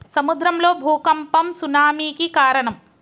సముద్రం లో భూఖంపం సునామి కి కారణం